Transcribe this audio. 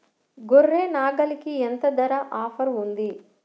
గొర్రె, నాగలికి ఎంత ధర ఆఫర్ ఉంది?